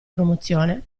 promozione